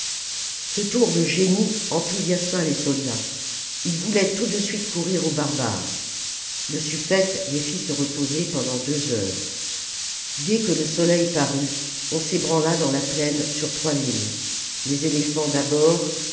ce tour de génie enthousiasma les soldats ils voulaient tout de suite courir aux barbares lè suffète les fit se reposer pendant deux heures dès que le soleil parut on s'ébranla dans la plaine sur trois lignes les éléphants d'abord